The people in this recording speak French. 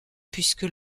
puisque